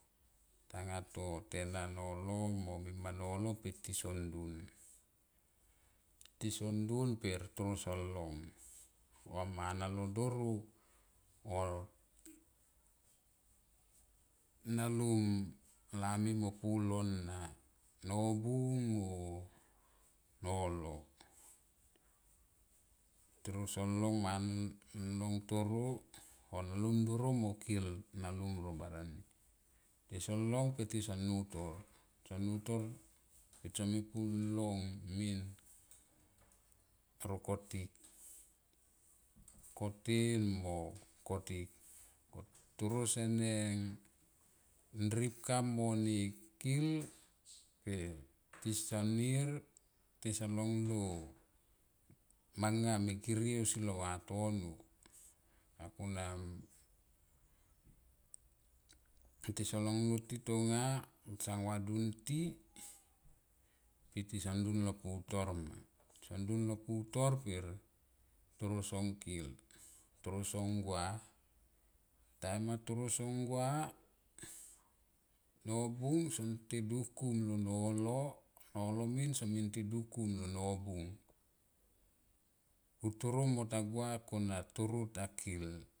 Tanga to tena nolo mo mima nolo pe tison ndun, tison ndun per tro son long va nobung rolo toro son long toro o alum doro, mo kil nalum ro barani tison long pe tison i utor, utor pr tsomi oun long min ro kotik toro sense ripka mo re kil pe son nir. Tison long lo manga me girie ausi lo vatono akona pe tisson tison long to ti tonga vadun ti pe tson ong lo ti tonga vadun ti pe tison dun lo putor ma, tson dun lo putar per toro son kil, toro son gua tiem anga toro son gua nobong son te dukum ia nolo nolo min so te dukum lo nobung ku toro ta gua kona toro takil.